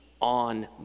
on